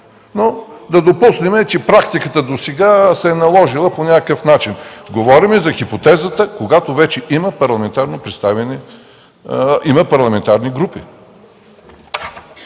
Да допуснем, че практиката досега се е наложила по някакъв начин. Говорим за хипотезата, когато вече има парламентарни групи.